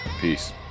peace